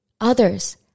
others